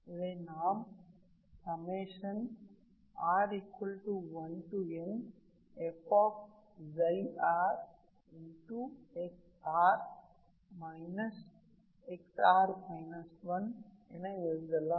இதை நாம் r1nf என எழுதலாம்